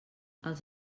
els